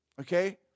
okay